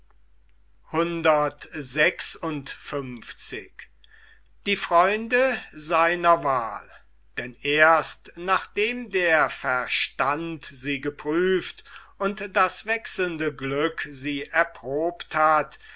denn erst nachdem der verstand sie geprüft und das wechselnde glück sie erprobt hat